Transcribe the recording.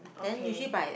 okay